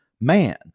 man